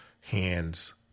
hands